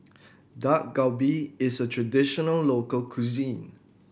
Dak Galbi is a traditional local cuisine